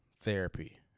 therapy